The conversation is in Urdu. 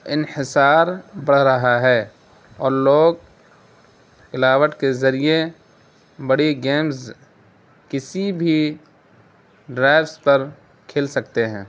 انحصار بڑھ رہا ہے اور لوگ ہلاوٹ کے ذریعے بڑی گیمز کسی بھی ڈرائیوس پر کھیل سکتے ہیں